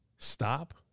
Stop